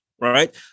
right